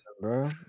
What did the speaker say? bro